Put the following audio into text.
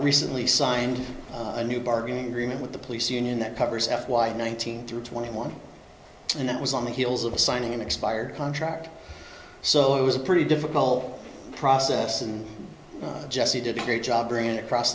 recently signed a new bargaining agreement with the police union that covers f y nineteen through twenty one and that was on the heels of signing an expired contract so it was a pretty difficult process and jesse did a great job ran across